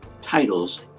titles